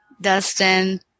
Dustin